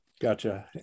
Gotcha